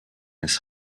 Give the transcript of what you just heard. his